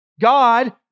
God